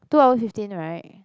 two hour fifteen right